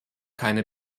keine